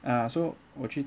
ah so 我去